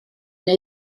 neu